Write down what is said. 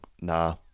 nah